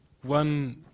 one